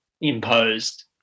imposed